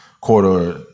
quarter